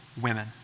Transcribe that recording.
women